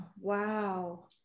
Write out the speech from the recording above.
wow